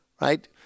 right